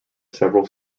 several